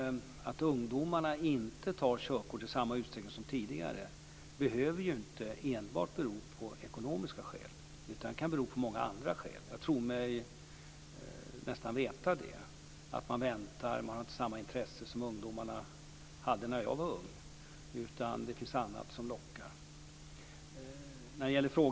Att ungdomarna inte tar körkort i samma utsträckning som tidigare behöver inte enbart bero på ekonomiska omständigheter. Det kan vara många andra skäl. Jag tror mig nästan veta att man väntar, man har inte samma intresse som ungdomarna hade när jag var ung, utan det finns annat som lockar.